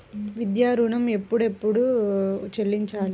విద్యా ఋణం ఎప్పుడెప్పుడు చెల్లించాలి?